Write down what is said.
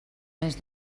més